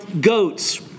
goats